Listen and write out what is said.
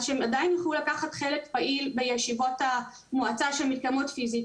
אז שהם עדיין יוכלו לקחת חלק פעיל בישיבות המועצה שמתקיימות פיזית.